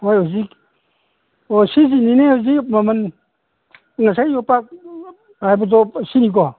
ꯍꯣꯏ ꯍꯧꯖꯤꯛ ꯑꯣ ꯁꯤꯒꯤꯅꯤꯅꯦ ꯍꯧꯖꯤꯛ ꯃꯃꯟ ꯉꯁꯥꯏ ꯌꯣꯝꯄꯥꯛ ꯍꯥꯏꯕꯗꯣ ꯁꯤꯅꯤꯀꯣ